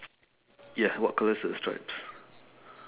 ya what colour is the stripes